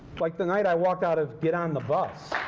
like the knight i walked out of get on the bus,